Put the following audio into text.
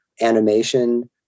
Animation